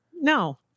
No